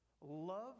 love